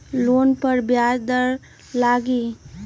Loan पर ब्याज दर लगी?